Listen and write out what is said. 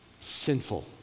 sinful